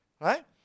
right